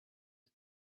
but